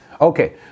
Okay